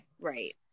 Right